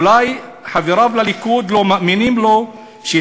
אולי חבריו לליכוד לא מאמינים לו שהוא